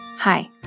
Hi